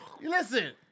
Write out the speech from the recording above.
Listen